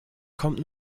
kommt